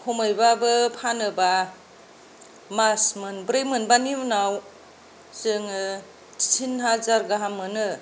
खमैबाबो फानोबा मास मोनब्रै मोनबानि उनाव जोङो तिन हाजार गाहाम मोनो